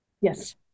Yes